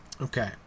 Okay